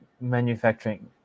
manufacturing